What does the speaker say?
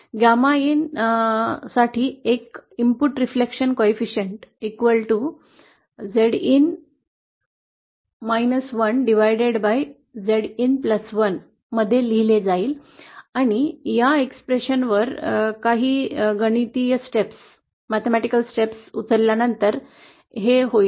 gamma in साठी एक input reflection coefficient Zin 1 Zin 1 मध्ये दिले जाईल आणि या अभिव्यक्तीवर काही गणिती पावले उचलल्या नंतर हे केले जाईल